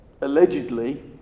allegedly